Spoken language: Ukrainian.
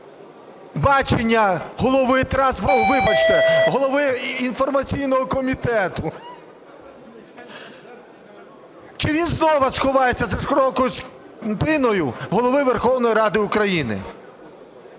бачення голови транспортного, вибачте, голови інформаційного комітету. Чи він знову сховається за широкою спиною Голови Верховної Ради України?